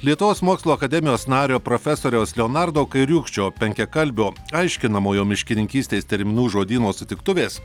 lietuvos mokslų akademijos nario profesoriaus leonardo kairiūkščio penkiakalbio aiškinamojo miškininkystės terminų žodyno sutiktuvės